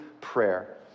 prayer